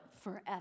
forever